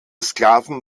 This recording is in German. sklaven